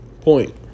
point